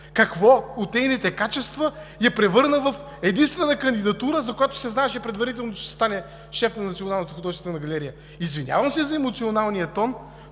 Какво от нейните качества я превърна в единствена кандидатура, за която се знаеше предварително, че ще стане шеф на Националната художествена галерия? Извинявам се за емоционалния тон,